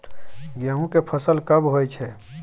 गेहूं के फसल कब होय छै?